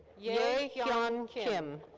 yeah ye hun kim.